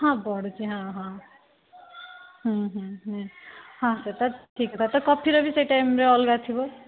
ହଁ ବଢ଼ୁଛି ହଁ ହଁ ହଁ ସେଇଟା ଠିକ୍ ତ କଫିର ବି ସେଇ ଟାଇମ୍ରେ ଅଲଗା ଥିବ